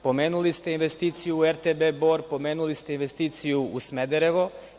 Pomenuli ste investiciju u RTB Bor, pomenuli ste investiciju u Smederevo.